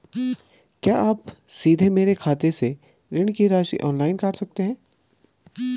क्या आप सीधे मेरे खाते से ऋण की राशि ऑनलाइन काट सकते हैं?